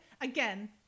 again